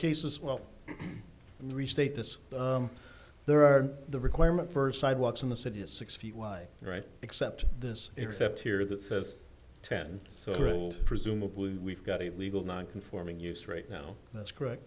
cases well and restate this there are the requirement for sidewalks in the city is six feet wide right except this except here that says ten so presumably we've got a legal non conforming use right now that's correct